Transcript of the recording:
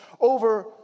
over